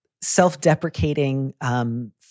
self-deprecating